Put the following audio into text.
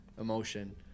Emotion